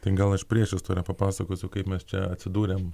tai gal aš priešistorę papasakosiu kaip mes čia atsidūrėm